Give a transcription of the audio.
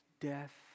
death